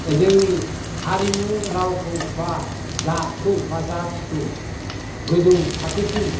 जोंनि हारिमु रावखौ बा जातखौ बा जाथिखौ गोजौ थाखोसिम